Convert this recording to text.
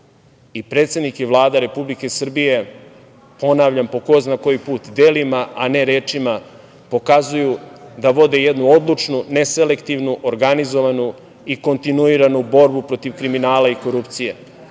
I predsednik, i Vlada Republike Srbije, ponavljam po ko zna koji put, delima, a ne rečima pokazuju da vode jednu odlučnu, ne selektivnu, organizovanu i kontinuiranu borbu protiv kriminala i korupcije.